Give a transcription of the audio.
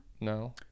No